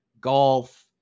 golf